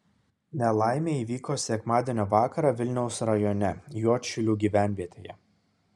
nelaimė įvyko sekmadienio vakarą vilniaus rajone juodšilių gyvenvietėje